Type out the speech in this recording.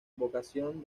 advocación